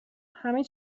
همه